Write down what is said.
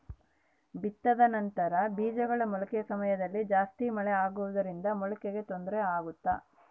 ಬಿತ್ತಿದ ನಂತರ ಬೇಜಗಳ ಮೊಳಕೆ ಸಮಯದಲ್ಲಿ ಜಾಸ್ತಿ ಮಳೆ ಆಗುವುದರಿಂದ ಮೊಳಕೆಗೆ ತೊಂದರೆ ಆಗುತ್ತಾ?